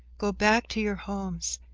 go back to your homes,